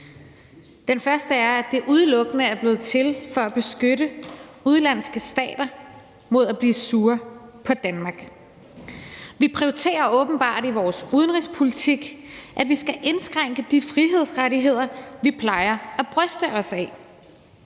Den første er, at det udelukkende er blevet til for at beskytte udenlandske stater mod at blive sure på Danmark. Vi prioriterer åbenbart i vores udenrigspolitik, at vi skal indskrænke de frihedsrettigheder, vi plejer at bryste os af.